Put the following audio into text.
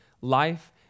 life